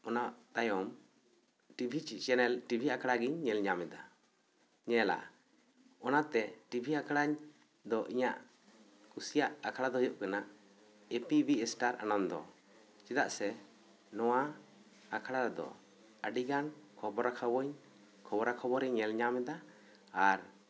ᱚᱱᱟ ᱛᱟᱭᱚᱢ TV channel TV ᱟᱠᱷᱲᱟ ᱜᱤᱧ ᱧᱮᱞ ᱧᱟᱢ ᱮᱫᱟ ᱧᱮᱞᱟ ᱚᱱᱟᱛᱮ ᱴᱤᱵᱷᱤ ᱟᱠᱷᱲᱟ ᱫᱚ ᱤᱧᱟ ᱜ ᱠᱩᱥᱤᱭᱟᱜ ᱟᱠᱷᱲᱟ ᱫᱚ ᱦᱩᱭᱩᱜ ᱠᱟᱱᱟ A P B star Ananda ᱪᱮᱫᱟᱜ ᱥᱮ ᱱᱚᱣᱟ ᱟᱠᱷᱲᱟ ᱨᱮ ᱫᱚ ᱟᱹᱰᱤ ᱜᱟᱱ ᱠᱷᱚᱵᱽᱨᱟ ᱠᱷᱚᱵᱚᱨ ᱤᱧ ᱧᱮᱞ ᱧᱟᱢ ᱮᱫᱟ ᱟᱨ